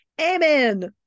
Amen